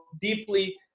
deeply